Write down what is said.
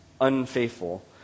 unfaithful